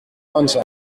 lonesome